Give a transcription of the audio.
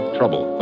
trouble